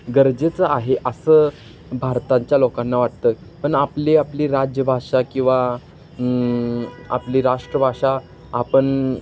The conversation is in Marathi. गरजेचं आहे असं भारतांच्या लोकांना वाटतं पण आपली आपली राज्यभाषा किंवा आपली राष्ट्रभाषा आपण